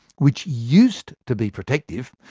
which used to be protective,